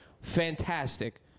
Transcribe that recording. fantastic